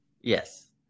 Yes